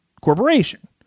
corporation